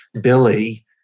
Billy